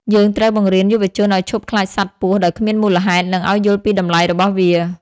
យើងត្រូវបង្រៀនយុវជនឱ្យឈប់ខ្លាចសត្វពស់ដោយគ្មានមូលហេតុ និងឱ្យយល់ពីតម្លៃរបស់វា។